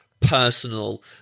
Personal